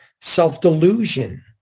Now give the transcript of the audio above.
Self-delusion